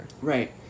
Right